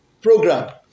program